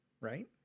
right